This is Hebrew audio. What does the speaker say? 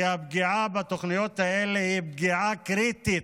כי הפגיעה בתוכניות האלה היא פגיעה קריטית,